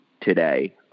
today